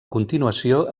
continuació